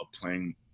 playing